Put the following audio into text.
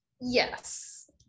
Yes